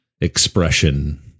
expression